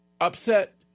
upset